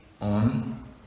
on